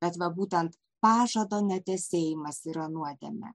kad va būtent pažado netesėjimas yra nuodėmė